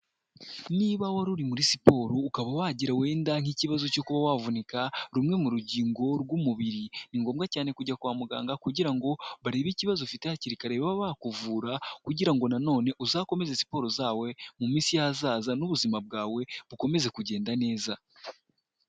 Niba wari uri muri siporo, ukaba wagira wenda nk'ikibazo cyo Kuba wavunika rumwe mu rugingo rw'umubiri, ni ngombwa cyane kujya kwa muganga kugira ngo barebe ikibazo ufite hakiri kare, babe bakuvura kugira ngo nanone uzakomeze siporo zawe mu minsi y'azaza n'ubuzima bwawe bukomeze kugenda neza.